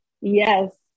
Yes